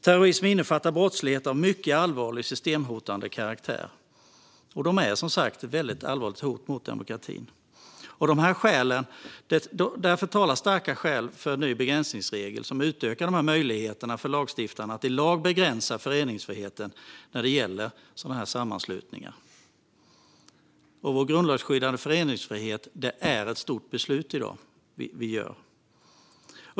Terrorism innefattar brottslighet av mycket allvarlig och systemhotande karaktär och är som sagt ett väldigt allvarligt hot mot demokratin. Därför talar starka skäl för en ny begränsningsregel som utökar möjligheterna för lagstiftaren att i lag begränsa föreningsfriheten när det gäller sådana sammanslutningar. Det är ett stort beslut om vår grundlagsskyddade föreningsfrihet som vi fattar i dag.